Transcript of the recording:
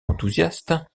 enthousiaste